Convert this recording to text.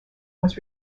was